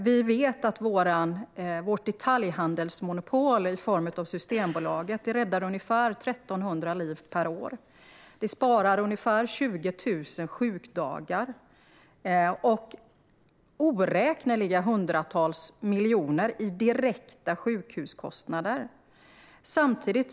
Vi vet att vårt detaljhandelsmonopol i form av Systembolaget räddar ungefär 1 300 liv per år. Det sparar ungefär 20 000 sjukdagar och oräkneliga hundratals miljoner i direkta sjukhuskostnader.